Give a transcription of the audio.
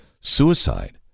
suicide